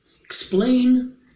explain